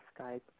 Skype